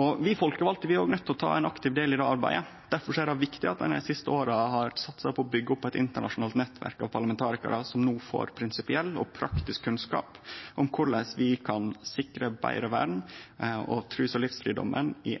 og vi som er folkevalde, er òg nøydde til å ta ein aktiv del i det arbeidet. Difor er det viktig at ein dei siste åra har satsa på å byggje opp eit internasjonalt nettverk av parlamentarikarar som no får prinsipiell og praktisk kunnskap om korleis vi kan sikre betre vern av trus- og livssynsfridomen i